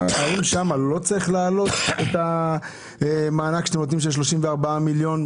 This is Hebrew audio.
האם שם לא צריך להעלות את המענק שאתם נותנים של 34 מיליון שקלים,